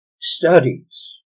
studies